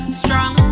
strong